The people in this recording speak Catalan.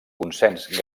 consens